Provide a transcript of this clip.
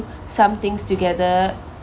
some things together